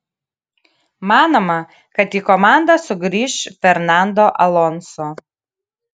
manoma kad į komandą sugrįš fernando alonso